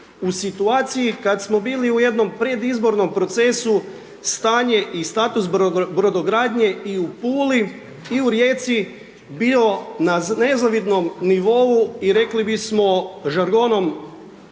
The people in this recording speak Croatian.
u situaciji kad smo bili u jednom predizbornom procesu, stanje i status Brodogradnje i u Puli i u Rijeci bio na nezavidnom nivou i rekli bismo žargonom